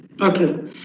Okay